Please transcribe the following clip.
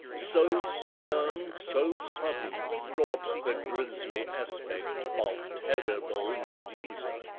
so stern, so sudden, wrought the grisly aspect of terrible medusa,